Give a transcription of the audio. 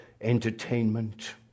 entertainment